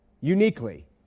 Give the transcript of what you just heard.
Uniquely